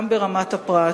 גם ברמת הפרט.